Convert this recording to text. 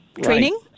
Training